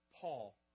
Paul